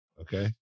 Okay